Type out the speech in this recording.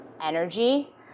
energy